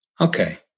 Okay